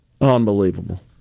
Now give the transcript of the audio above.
unbelievable